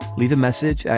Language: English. leave a message.